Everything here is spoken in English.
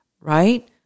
right